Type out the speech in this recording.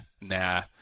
nah